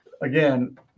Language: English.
again